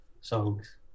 songs